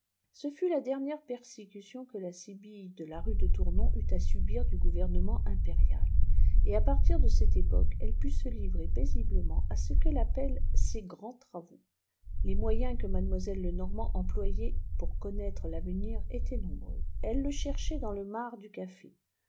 ce fut la dernière persécution que la sibylle de la ruedetournon eut à subir du gouvernement impérial et à partir de cette époque elle put se livrer paisiblement à ce qu'elle appelle ses grands travaux les moyens que mademoiselle lenormant employait pour connaître l'avenir étaient nombreux elle le cherchait dans le marc du café